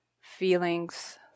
feelings